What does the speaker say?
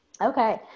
Okay